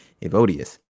Evodius